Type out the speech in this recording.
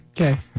Okay